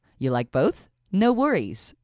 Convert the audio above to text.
you like both? no worries,